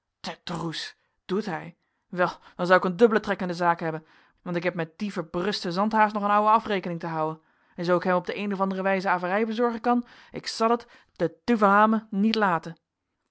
doet hij wel dan zou ik een dubbelen trek in de zaak hebben want ik heb met dien verbrusten zandhaas nog een ouwe afrekening te houen en zoo ik hem op de eene of andere wijze averij bezorgen kan ik zal het de d haal mij niet laten